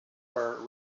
were